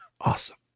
awesome